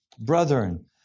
Brethren